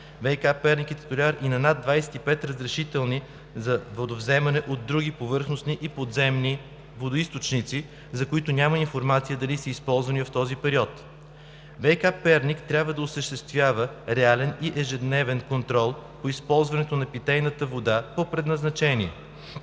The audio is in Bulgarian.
– Перник, е титуляр на над 25 разрешителни за водовземане от други повърхностни и подземни водоизточници, за които няма информация дали са използвани в този период. ВиК – Перник, трябва да осъществява реален и ежедневен контрол на използването на питейната вода по предназначение,